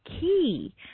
key